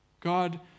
God